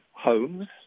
homes